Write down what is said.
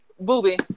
Booby